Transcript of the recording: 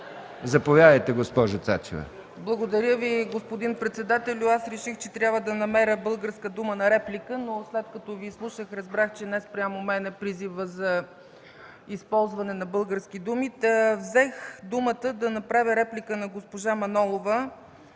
Заповядайте, госпожо Цачева. ЦЕЦКА ЦАЧЕВА (ГЕРБ): Благодаря Ви, господин председателю. Аз реших, че трябва да намеря българска дума на реплика, но след като Ви изслушах, разбрах, че не спрямо мен е призивът за използване на български думи. Взех думата да направя реплика на госпожа Манолова.